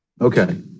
Okay